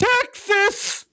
Texas